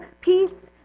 peace